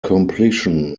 completion